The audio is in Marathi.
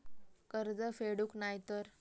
कर्ज फेडूक नाय तर?